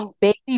baby